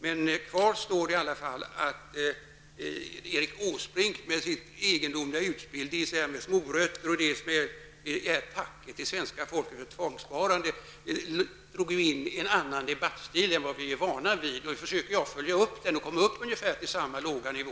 Men kvar står i alla fall att Erik Åsbrink med sitt egendomliga utspel gett sig in på en debattstil som vi inte är vana vid. Jag försökte då hålla samma låga nivå.